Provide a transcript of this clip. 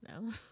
No